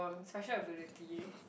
special ability